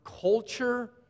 culture